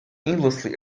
endlessly